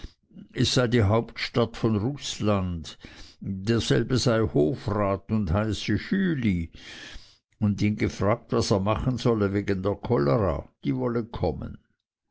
es sei die hauptstadt von rußland derselbe sei hofrat und heiße schüli und ihn gefragt was er machen solle wegen der cholera die wolle kommen